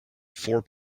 four